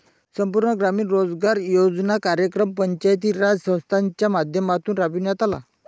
संपूर्ण ग्रामीण रोजगार योजना कार्यक्रम पंचायती राज संस्थांच्या माध्यमातून राबविण्यात आला